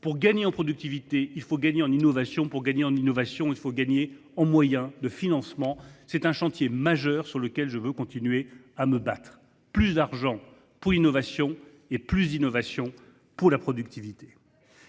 Pour gagner en productivité, il faut gagner en innovation. Pour gagner en innovation, il faut gagner en moyens de financement. C’est un chantier majeur pour lequel je veux continuer à me battre : plus d’argent pour l’innovation et plus d’innovation pour la productivité.